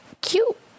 Cute